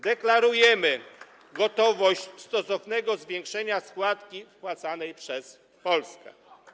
Deklarujemy gotowość stosownego zwiększenia składki wpłacanej przez Polskę.